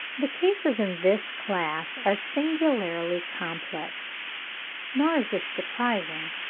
the cases in this class are singularly complex nor is this surprising,